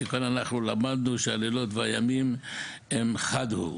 כי כאן אנחנו למדנו שהלילות והימים אחד הם.